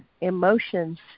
emotions